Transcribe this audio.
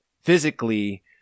physically